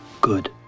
good